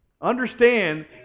Understand